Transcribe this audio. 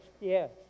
yes